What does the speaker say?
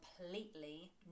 completely